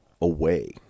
away